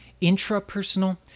Intrapersonal